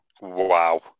Wow